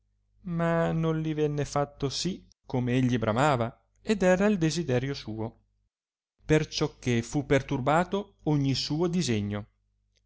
ma non li venne fatto sì come egli bramava ed era il desiderio suo perciò che fu perturbato ogni suo disegno